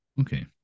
Okay